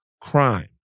crime